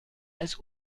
als